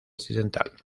occidental